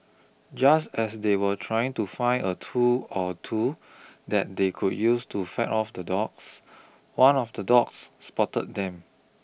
just as they were trying to find a tool or two that they could use to fend off the dogs one of the dogs spotted them